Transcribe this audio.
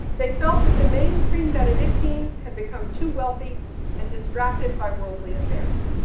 they felt that the mainstream benedictines had become too wealthy and distracted by worldly affairs.